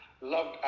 loved